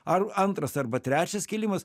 ar antras arba trečias kilimas